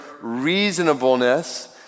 reasonableness